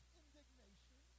indignation